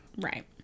right